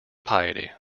piety